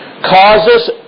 causes